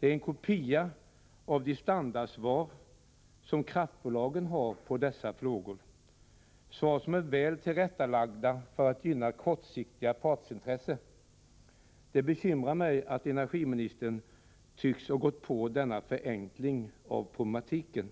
Det är en kopia av de standardsvar som kraftbolagen har på dessa frågor, svar som är väl tillrättalagda för att gynna kortsiktiga partsintressen. Det bekymrar mig att energiministern tycks ha gått på denna förenkling av problematiken.